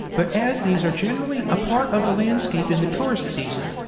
but as these are generally a part of the landscape in the tourist season,